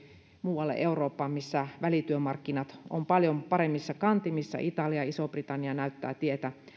muualle eurooppaan missä välityömarkkinat ovat paljon paremmissa kantimissa italia iso britannia näyttävät tietä